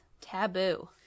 taboo